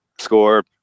score